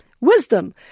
wisdom